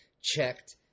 checked